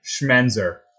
schmenzer